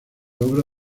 obra